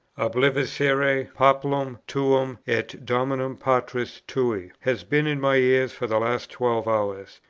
obliviscere populum tuum et domum patris tui has been in my ears for the last twelve hours.